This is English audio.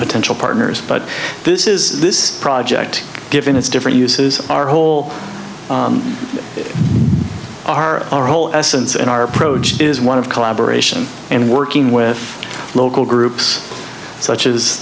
potential partners but this is this project given its different uses our whole our are whole essence in our approach is one of collaboration and working with local groups such as